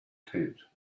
tent